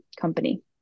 company